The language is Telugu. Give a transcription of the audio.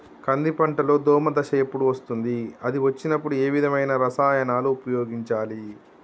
కంది పంటలో దోమ దశ ఎప్పుడు వస్తుంది అది వచ్చినప్పుడు ఏ విధమైన రసాయనాలు ఉపయోగించాలి?